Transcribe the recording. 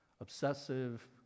Obsessive